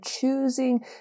choosing